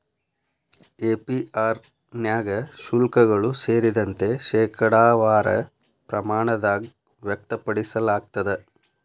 APR ನ್ಯಾಗ ಶುಲ್ಕಗಳು ಸೇರಿದಂತೆ, ಶೇಕಡಾವಾರ ಪ್ರಮಾಣದಾಗ್ ವ್ಯಕ್ತಪಡಿಸಲಾಗ್ತದ